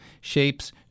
shapes